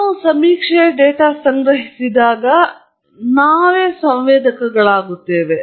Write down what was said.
ನಾವು ಸಮೀಕ್ಷೆಯ ಡೇಟಾ ಸಂಗ್ರಹಿಸಿದಾಗ ನಾವು ಸಂವೇದಕಗಳಾಗಿದ್ದೇವೆ